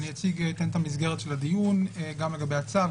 אני אציג כאן את המסגרת של הדיון גם לגבי הצו,